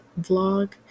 vlog